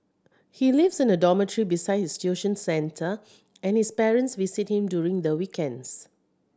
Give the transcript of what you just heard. he lives in a dormitory besides his tuition centre and his parents visit him during the weekends